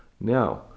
Now